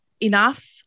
enough